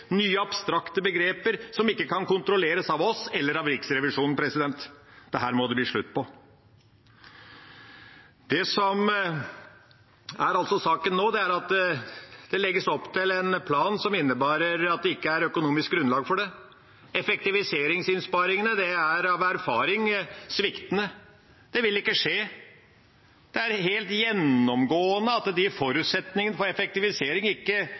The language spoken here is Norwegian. nye begreper, nye abstrakte begreper, som ikke kan kontrolleres av oss eller av Riksrevisjonen. Dette må det bli slutt på. Det som er saken nå, er at det legges opp til en plan som innebærer at det ikke er økonomisk grunnlag for det. Effektiviseringsinnsparingene er av erfaring sviktende. Det vil ikke skje. Det er helt gjennomgående at de forutsetningene for effektivisering ikke